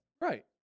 Right